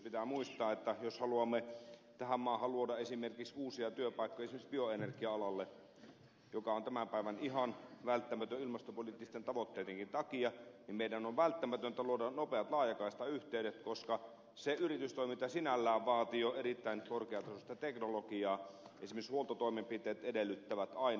pitää muistaa että jos haluamme tähän maahan luoda uusia työpaikkoja esimerkiksi bioenergia alalle mikä on tänä päivänä ihan välttämätöntä ilmastopoliittistenkin tavoitteiden takia niin meidän on välttämätöntä luoda nopeat laajakaistayhteydet koska se yritystoiminta sinällään vaatii jo erittäin korkeatasoista teknologiaa esimerkiksi huoltotoimenpiteet edellyttävät aina laajakaistayhteyttä